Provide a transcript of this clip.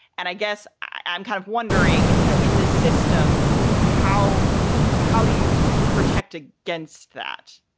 and i guess i i'm kind of wondering, you know, in this system, how how do you protect against that?